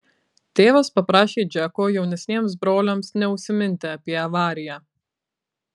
tėvas paprašė džeko jaunesniems broliams neužsiminti apie avariją